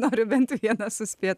noriu bent vieną suspėt